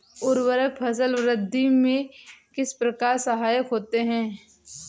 उर्वरक फसल वृद्धि में किस प्रकार सहायक होते हैं?